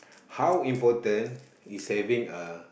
how important is having a